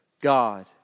God